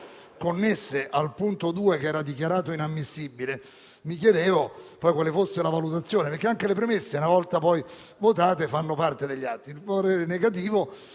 connesse al punto 2, che era stato dichiarato inammissibile, mi chiedevo quale fosse la valutazione. Anche le premesse, una volta votate, fanno poi parte degli atti. Il parere è negativo